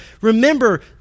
remember